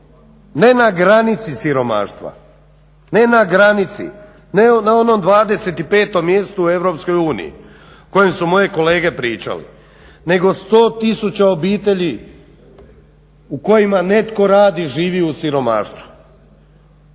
ne na granici, ne na onom 25 mjestu u Europskoj uniji o kojem su moje kolege pričali, nego 100000 obitelji u kojima netko radi, živi u siromaštvu.